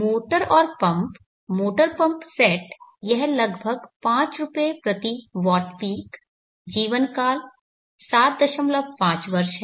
motor और pump motor pump set यह लगभग पांच रुपये प्रति वॉट पीक जीवन काल 75 वर्ष है